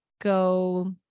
go